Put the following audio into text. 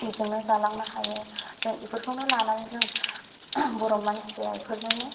बेजोंनो जालांनो हायो जों इफोरखौनो लानानै जों बर' मानसिया इफोरजोंनो